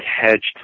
hedged